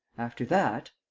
after that.